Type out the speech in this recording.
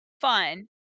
fun